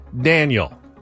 Daniel